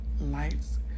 lights